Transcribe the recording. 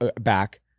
back